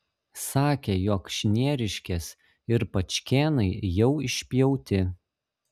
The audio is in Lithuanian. sakė jog šnieriškės ir pačkėnai jau išpjauti